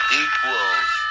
equals